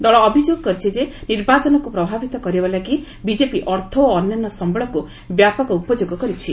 ଦଳ ଅଭିଯୋଗ କରିଛି ଯେ ନିର୍ବାଚନକୁ ପ୍ରଭାବିତ କରିବା ଲାଗି ବିଜେପି ଅର୍ଥ ଓ ଅନ୍ୟାନ୍ୟ ସମ୍ବଳକୁ ବ୍ୟାପକ ଉପଯୋଗ କରିଛି